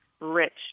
rich